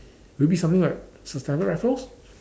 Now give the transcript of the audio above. will it be something like Sir Stamford-Raffles